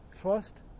Trust